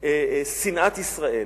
שנאת ישראל,